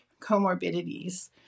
comorbidities